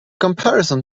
comparison